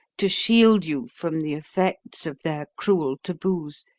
to shield you from the effects of their cruel taboos,